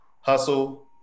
Hustle